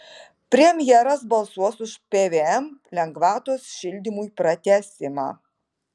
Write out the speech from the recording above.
premjeras balsuos už pvm lengvatos šildymui pratęsimą